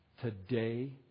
today